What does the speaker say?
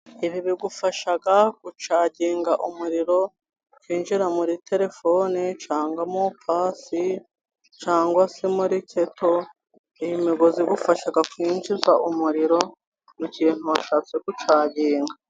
Ibi bigufasha gucaginga umuriro, ukinjira muri terefone cyangwa se mu pasi cyangwa se muri keto, iyi migozi ugufasha kwinjiza umuriro mu kintu washatse gucaginga.